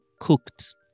cooked